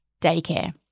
Daycare